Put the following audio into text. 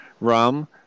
rum